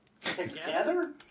together